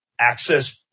access